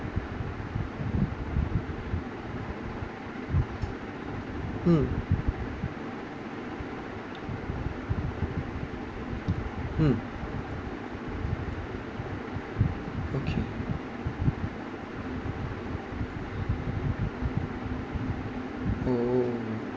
mm hmm okay oh